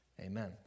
Amen